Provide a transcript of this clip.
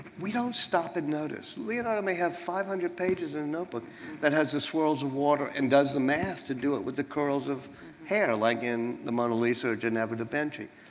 we don't stop and notice. leonardo may have five hundred pages in a notebook that has the swirls and water and does the math to do it with the curls of hair like in the mona lisa or ginevra da benci.